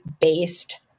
based